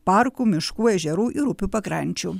parkų miškų ežerų ir upių pakrančių